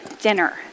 dinner